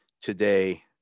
today